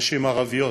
נשים ערביות